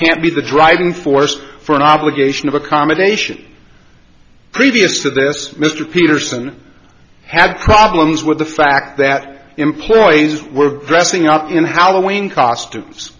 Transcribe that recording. can't be the driving force for an obligation of accommodation previous to this mr peterson had problems with the fact that employees were dressing up in halloween costumes